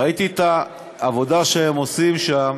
ראיתי את העבודה שהם עושים שם.